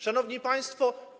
Szanowni Państwo!